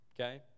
okay